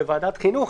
אלא בוועדת החינוך,